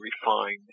refined